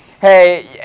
Hey